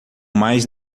mais